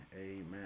amen